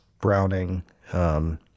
browning